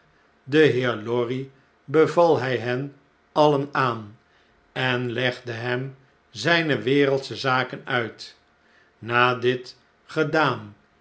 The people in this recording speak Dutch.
den heer lorry beval hij hen alien aan en legde hem zijne wereldschezaken uit na dit gedaan